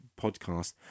podcast